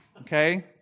Okay